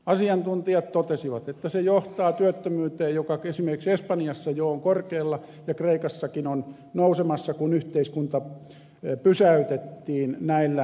asiantuntijat totesivat että se johtaa työttömyyteen joka esimerkiksi espanjassa jo on korkealla ja kreikassakin on nousemassa kun yhteiskunta pysäytettiin näillä säädöksillä